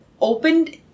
opened